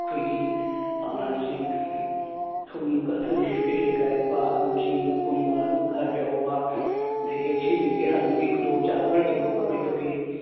ꯑꯩꯈꯣꯏꯒꯤ ꯁꯤ ꯊꯨꯝꯒ ꯊꯨꯝ ꯄꯦꯛꯀꯦꯠ ꯀꯥꯏꯔꯛꯄ ꯑꯥꯂꯨꯁꯤꯡ ꯑꯄꯨꯝꯕ ꯈꯔ ꯌꯥꯎꯕ ꯑꯗꯨꯗꯒꯤ ꯑꯁꯤꯁꯤꯡꯁꯦ ꯍꯟꯕꯒꯤ ꯈꯨꯗꯣꯡꯆꯥꯕꯒ ꯂꯩꯕ꯭ꯔꯣ ꯀꯃꯥꯏꯅ ꯇꯧꯒꯦ